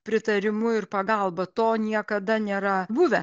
pritarimu ir pagalba to niekada nėra buvę